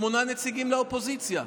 שמונה נציגים לאופוזיציה.